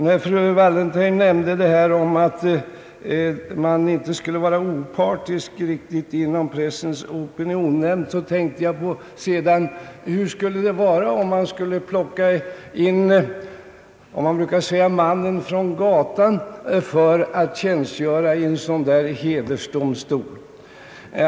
När fru Wallentheim nämnde att Pressens opinionsnämnd inte skulle vara helt opartisk, så kom jag att tänka på hur det skulle bli om man lät »mannen från gatan» tjänstgöra i en sådan där hedersdomstol.